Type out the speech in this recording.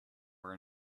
are